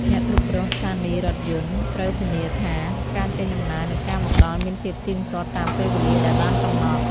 អ្នកគ្រប់គ្រងស្ថានីយរថយន្តត្រូវធានាថា ការចេញដំណើរនិងការមកដល់មានភាពទៀងទាត់តាមពេលវេលាដែលបានកំណត់។